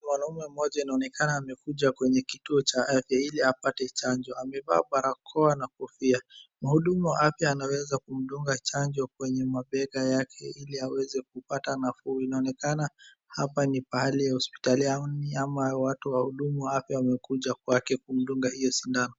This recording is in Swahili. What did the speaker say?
Mwanaume mmoja anaonekana amekuja kwenye kituo cha afya ili apate chanjo. Amevaa barakoa na kofia. Mhudumu wa afya anaweza kumdunga chanjo kwenye mabega yake ili aweze kupata nafuu. Inaonekana apa ni pahali hospitalini ama wahudumu wa afya wamekuja kwake kumdunga hio sindano.